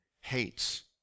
hates